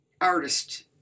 artist